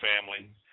family